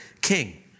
king